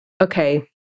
okay